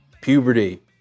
puberty